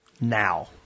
now